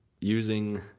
using